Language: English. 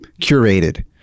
curated